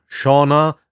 Shauna